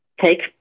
take